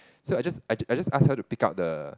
so I just I I just ask her to pick out the